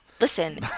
Listen